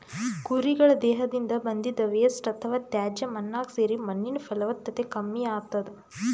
ಕುರಿಗಳ್ ದೇಹದಿಂದ್ ಬಂದಿದ್ದ್ ವೇಸ್ಟ್ ಅಥವಾ ತ್ಯಾಜ್ಯ ಮಣ್ಣಾಗ್ ಸೇರಿ ಮಣ್ಣಿನ್ ಫಲವತ್ತತೆ ಕಮ್ಮಿ ಆತದ್